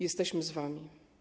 Jesteśmy z wami.